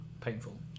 Painful